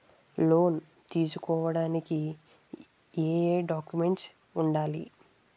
Loan తీసుకోడానికి ఏయే documents వుండాలి?